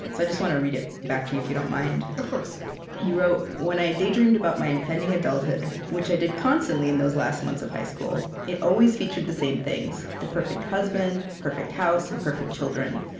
so i just want to read it back to you, if you don't mind of course you wrote, when i daydreamed about my impending adulthood, which i did constantly in those last months of high school, it always featured the same things the perfect husband, perfect house, and perfect children.